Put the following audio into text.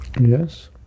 Yes